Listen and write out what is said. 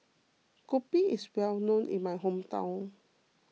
Kopi is well known in my hometown